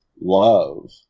love